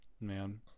man